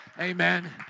Amen